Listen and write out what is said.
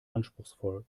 anspruchsvoll